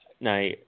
Now